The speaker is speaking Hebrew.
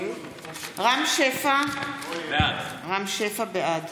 שם שפע, בעד